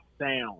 sound